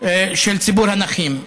של ציבור הנכים.